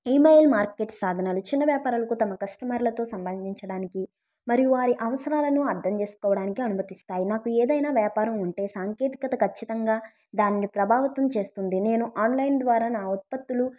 email markets సాధనాలు చిన్న వ్యాపారులకు తమ కస్టమర్లతో సంబంధించడానికి మరియు వారి అవసరాలను అర్థం చేసుకోవడానికి అనుమతిస్తాయి నాకు ఏదైనా వ్యాపారం ఉంటే సాంకేతికత ఖచ్చితంగా దాన్ని ప్రభావితం చేస్తుంది నేను ఆన్లైన్ ద్వారా నా ఉత్పత్తులు